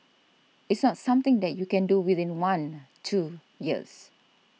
it's not something that you can do within one two years